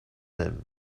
him